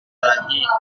lagi